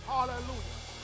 Hallelujah